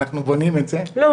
אנחנו בונים את זה --- לא,